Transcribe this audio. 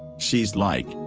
she's like,